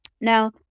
Now